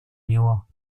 него